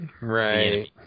right